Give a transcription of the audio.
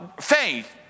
faith